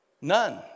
None